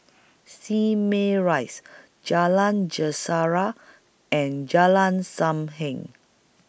Simei Rise Jalan Sejarah and Jalan SAM Heng